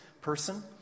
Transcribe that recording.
person